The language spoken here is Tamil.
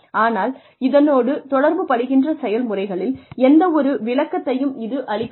ஆனால் இதனோடு தொடர்பு படுகின்ற செயல்முறைகளில் எந்தவொரு விளக்கத்தையும் இது அளிக்கவில்லை